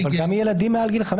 גם ילדים מעל גיל 5,